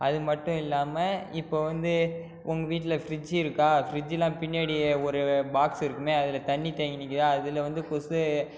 அது மட்டும் இல்லாமல் இப்போ வந்து உங்க வீட்டில் ஃபிரிட்ஜ் இருக்கா ஃபிரிட்ஜ்லாம் பின்னாடி ஒரு பாக்ஸ் இருக்குமே அதில் தண்ணி தேங்கி நிற்குதா அதில் வந்து கொசு